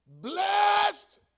Blessed